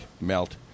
melt